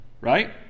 Right